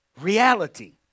reality